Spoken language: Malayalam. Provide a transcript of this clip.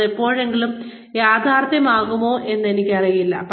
അത് എപ്പോഴെങ്കിലും യാഥാർത്ഥ്യമാകുമോ എന്ന് എനിക്കറിയില്ല